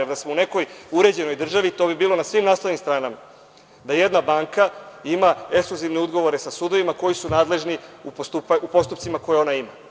Da smo u nekoj uređenoj državi, to bi bilo na svim naslovnim stranama, da jedna banka ima ekskluzivne ugovore sa sudovima, koji su nadležni u postupcima koje ona ima.